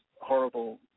horrible